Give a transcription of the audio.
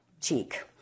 cheek